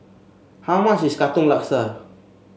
how much is Katong Laksa